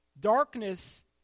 Darkness